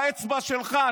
באצבע שלך,